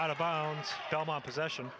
out of bounds possession